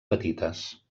petites